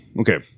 Okay